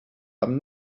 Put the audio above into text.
haben